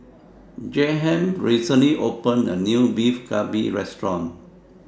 Jaheim recently opened A New Beef Galbi Restaurant